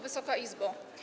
Wysoka Izbo!